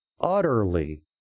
utterly